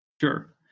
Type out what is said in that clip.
Sure